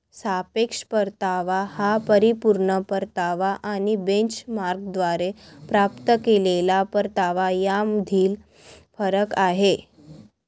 सापेक्ष परतावा हा परिपूर्ण परतावा आणि बेंचमार्कद्वारे प्राप्त केलेला परतावा यामधील फरक आहे